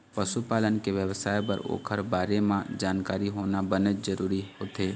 पशु पालन के बेवसाय बर ओखर बारे म जानकारी होना बनेच जरूरी होथे